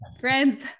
Friends